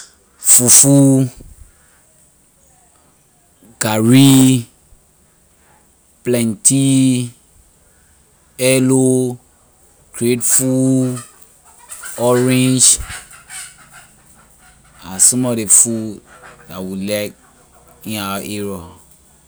fufu gari plantain eddo grapefruit orange are some of ley food we like in our area.